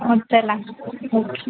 हो चला ओके